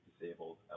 disabled